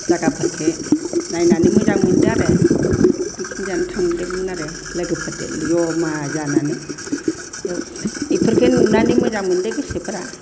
जागाफोरखौ नायनानै मोजां मोन्दों आरो पिकनिक जानो थांदोमोन आरो लोगोफोरजों जमा जानानै बेयाव बेफोरखौ नुनानै मोजां मोन्दों गोसोफोरा